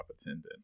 attendant